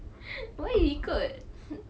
why you ikut